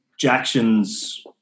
Jackson's